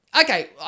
okay